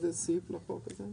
תודה רבה לוועדה.